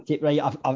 right